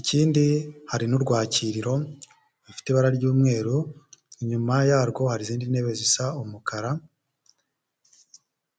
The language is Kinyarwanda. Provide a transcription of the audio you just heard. ikindi hari n'urwakiriro rufite ibara ry'umweru, inyuma yarwo hari izindi ntebe zisa umukara